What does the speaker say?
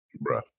Bro